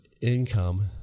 income